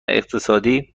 اقتصادی